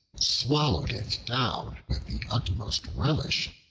swallowed it down with the utmost relish,